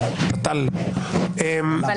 ואם לא,